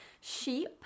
Sheep